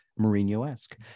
Mourinho-esque